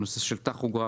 הנושא של טכוגרף,